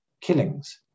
killings